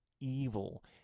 evil